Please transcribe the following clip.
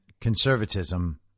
conservatism